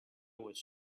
was